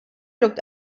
looked